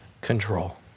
control